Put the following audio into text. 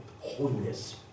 holiness